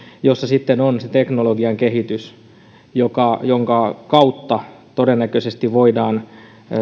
jossa sitten on teknologian kehitys jonka kautta todennäköisesti voidaan